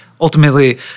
ultimately